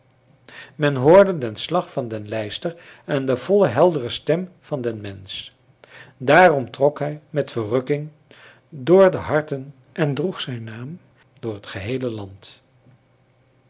men hoorde den slag van den lijster en de volle heldere stem van den mensch daarom trok hij met verrukking door de harten en droeg zijn naam door het geheele land